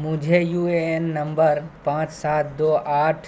مجھے U A N نمبر پانچ سات دو آٹھ